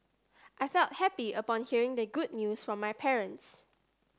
I felt happy upon hearing the good news from my parents